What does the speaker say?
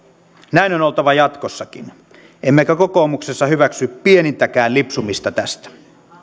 näin on oltava jatkossakin emmekä kokoomuksessa hyväksy pienintäkään lipsumista tästä